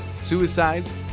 suicides